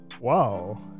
Wow